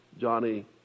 Johnny